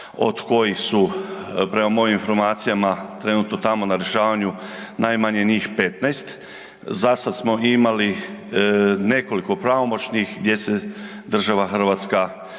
od kojih su prema mojim informacijama trenutno tamo na rješavanju najmanje njih 15. Zasad smo imali nekoliko pravomoćnih gdje se država Hrvatska